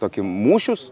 tokį mūšius